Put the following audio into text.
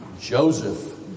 Joseph